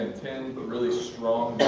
ten really strong